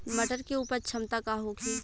मटर के उपज क्षमता का होखे?